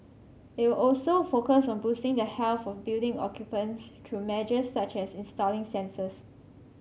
it will also focus on boosting the health of building occupants through measures such as installing sensors